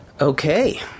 Okay